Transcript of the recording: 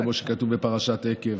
כמו שכתוב בפרשת עקב,